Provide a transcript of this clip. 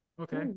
Okay